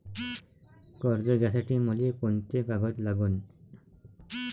कर्ज घ्यासाठी मले कोंते कागद लागन?